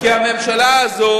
כי הממשלה הזאת